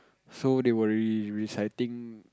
so they were re reciting